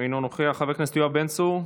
אינו נוכח, חבר הכנסת יואב בן צור,